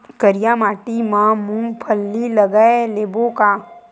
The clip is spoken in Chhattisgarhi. करिया माटी मा मूंग फल्ली लगय लेबों का?